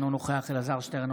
אינו נוכח אלעזר שטרן,